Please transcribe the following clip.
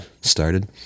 started